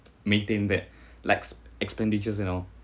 maintain that like expenditures and all